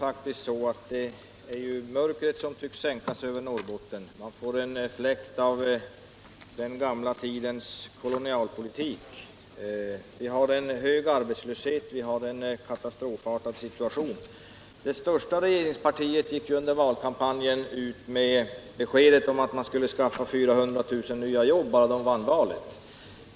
Herr talman! Mörkret tycks sänka sig över Norrbotten. Man känner en fläkt av den gamla tidens kolonialpolitik. Vi har en hög arbetslöshet, vi har en katastrofartad situation. Det största regeringspartiet gick i valkampanjen ut med beskedet att man skulle skaffa 400 000 nya jobb bara man vann valet.